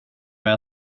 med